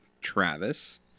Travis